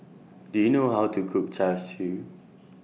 Do YOU know How to Cook Char Siu